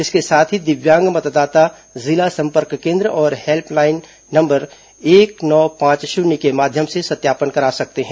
इसके साथ ही दिव्यांग मतदाता जिला संपर्क केन्द्र और हेल्पलाइन एक नौ पांच शून्य के माध्यम से सत्यापन करा सकते हैं